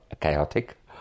chaotic